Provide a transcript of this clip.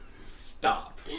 Stop